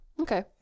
Okay